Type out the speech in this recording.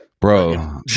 Bro